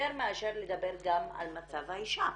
יותר מאשר לדבר גם על מצב האישה.